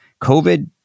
COVID